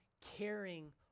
caring